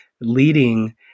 leading